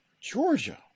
Georgia